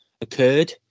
occurred